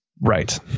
right